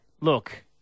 look